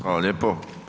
Hvala lijepo.